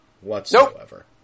whatsoever